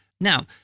Now